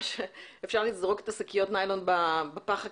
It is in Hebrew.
אפשר לזרוק את שקיות הניילון בפח הכתום.